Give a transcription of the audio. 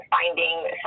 finding